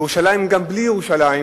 ירושלים, גם בלי ירושלים,